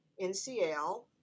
NCL